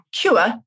cure